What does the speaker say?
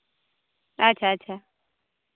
ᱟᱪᱪᱷᱟ ᱟᱪᱪᱷᱟ